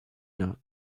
not